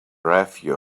review